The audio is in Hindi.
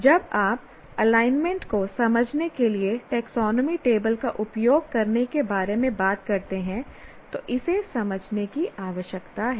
जब आप एलाइनमेंट को समझने के लिए टेक्सोनोमी टेबल का उपयोग करने के बारे में बात करते हैं तो इसे समझने की आवश्यकता है